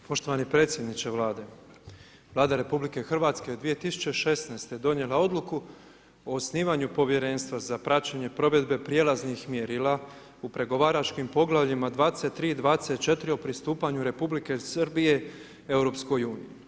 Poštovani predsjedniče Vlade, Vlada RH 2016. donijela Oluku o osnivanju Povjerenstva za praćenje provedbe prijelaznih mjerila u pregovaračkim poglavljima 23 i 24 o pristupanju Republike Srbije EU.